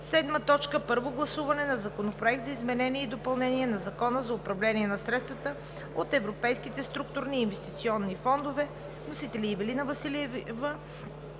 2020 г. 7. Първо гласуване на Законопроекта за изменение и допълнение на Закона за управление на средствата от Европейските структурни и инвестиционни фондове.